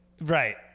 Right